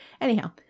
Anyhow